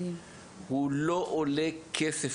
זה כמעט לא עולה כסף,